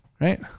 right